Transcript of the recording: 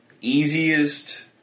easiest